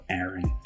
Aaron